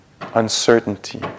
Uncertainty